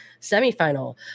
semifinal